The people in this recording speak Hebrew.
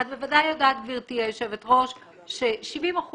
את בוודאי יודעת, גברתי היושבת-ראש, ש-70%